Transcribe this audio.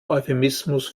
euphemismus